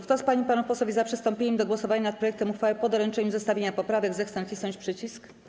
Kto z pań i panów posłów jest za przystąpieniem do głosowania nad projektem uchwały po doręczeniu zestawienia poprawek, zechce nacisnąć przycisk.